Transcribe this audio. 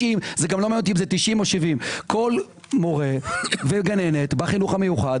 לא מעניין אותי אם זה 90 או 70. כל מורה וגננת בחינוך המיוחד